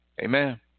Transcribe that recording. Amen